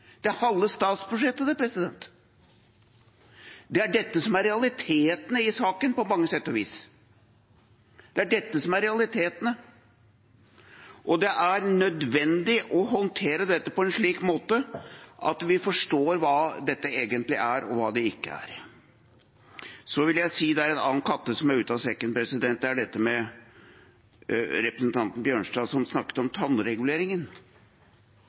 er halve statsbudsjettet, det. Det er dette som er realitetene i saken, på mange sett og vis. Det er dette som er realitetene. Det er nødvendig å håndtere dette på en slik måte at vi forstår hva dette egentlig er, og hva det ikke er. Så vil jeg si at det er en annen katt som er ute av sekken. Det er dette med tannreguleringen, som representanten Bjørnstad snakket om.